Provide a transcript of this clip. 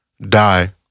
die